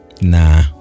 nah